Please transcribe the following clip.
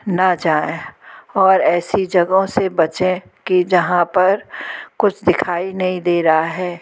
ना जाएं और ऐसी जगहों से बचें कि जहाँ पर कुछ दिखाई नहीं दे रहा है